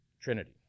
Trinity